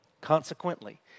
Consequently